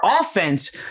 offense